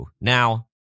Now